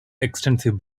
extensive